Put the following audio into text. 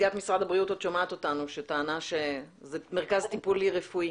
נציגת משרד הבריאות שטענה שזה מרכז טיפולי רפואי.